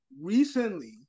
recently